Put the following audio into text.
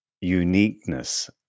uniqueness